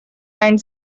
and